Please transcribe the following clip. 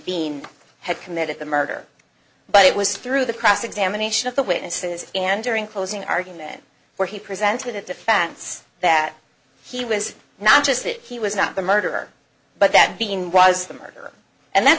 being had committed the murder but it was through the cross examination of the witnesses and during closing argument where he presented a defense that he was not just that he was not the murderer but that being was the murderer and that's